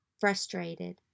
frustrated